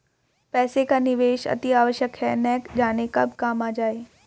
पैसे का निवेश अतिआवश्यक है, न जाने कब काम आ जाए